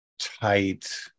tight